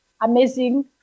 amazing